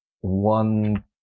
one